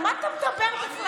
על מה אתה מדבר בכלל?